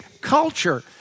culture